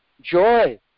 joy